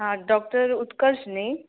आं डॉक्टर उत्कश न्हय